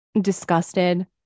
Disgusted